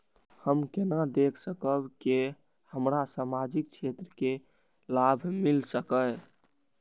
हम केना देख सकब के हमरा सामाजिक क्षेत्र के लाभ मिल सकैये?